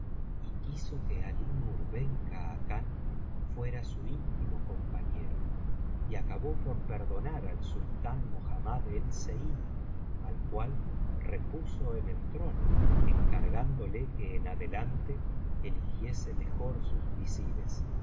y quiso que alí nnr ben khacan fuera su íntimo compañero y acabó por perdonar al sultán mohammad el zeiní al cual repuso en el trono encargándole que en adelante eligiese mejor sus visires